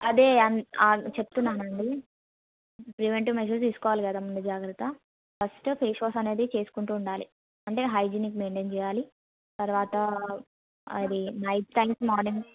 అదే చెప్తున్నాను అండి ప్రివెంటివ్ మెజర్ తీసుకోవాలి కదా ముందు జాగ్రత్త ఫస్ట్ ఫేస్ వాష్ అనేది చేసుకుంటూ ఉండాలి అంటే హైజీనిక్ మెయింటెయిన్ చెయ్యాలి తర్వాతా అది నైట్ టైమ్స్ మార్నింగ్